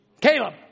Caleb